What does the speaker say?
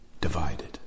divided